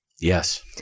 Yes